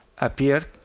appeared